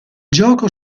gioco